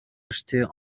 acheter